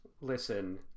Listen